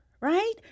Right